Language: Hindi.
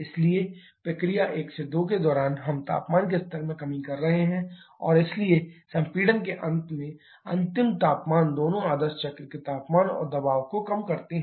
इसलिए प्रक्रिया 1 2 के दौरान हम तापमान के स्तर में कमी कर रहे हैं और इसलिए संपीड़न के अंत में अंतिम तापमान दोनों आदर्श चक्र के तापमान और दबाव को कम करते हैं